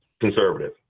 conservative